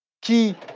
qui